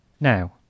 Now